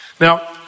Now